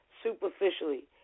Superficially